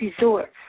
resorts